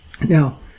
Now